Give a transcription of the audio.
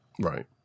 right